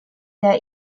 der